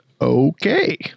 okay